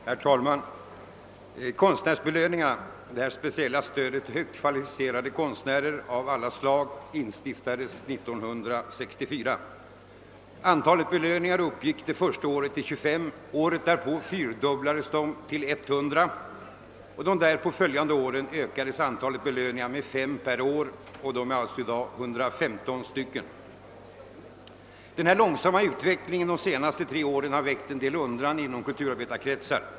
Herr talman! Konstnärsbelöningarna — det speciella stödet till högt kvalificerade konstnärer av alla slag — instiftades 1964. Antalet belöningar uppgick första året till 25. Året därpå fyrdubblades det till 100, och de därpå följande tre åren ökades antalet belöningar med 5 per år och är alltså i dag 115 stycken. Denna långsamma utveckling under de senaste tre åren har väckt en del undran inom kulturarbetarkretsar.